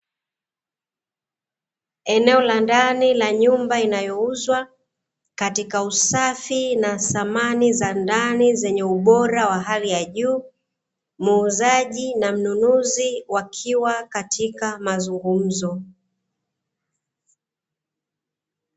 Eneo la ndani la nyumba inayouzwa, katika usafi na samani za ndani zenye ubora wa hali ya juu, muuzaji na mnunuzi wakiwa katika mazungumzo.